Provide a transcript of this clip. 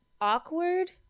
awkward